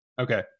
Okay